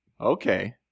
Okay